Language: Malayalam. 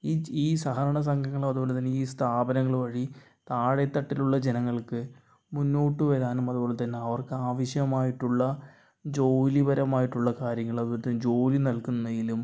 ഈ ഈ സഹകരണ സംഘങ്ങൾ അതുപോലെ തന്നെ സ്ഥാപനങ്ങൾ വഴി താഴെത്തട്ടിലുള്ള ജനങ്ങൾക്ക് മുന്നോട്ടുവരാനും അതുപോലെതന്നെ അവർക്ക് ആവശ്യമായിട്ടുള്ള ജോലി പരമായിട്ടുള്ള കാര്യങ്ങൾ അതുപോലെതന്നെ ജോലി നൽകുന്നതിലും